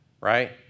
Right